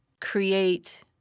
create